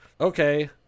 okay